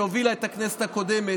שהובילה את הכנסת הקודמת,